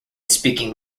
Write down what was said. speaking